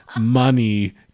money